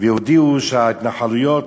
שהודיעו שההתנחלויות,